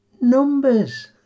numbers